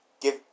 Give